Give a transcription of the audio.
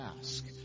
ask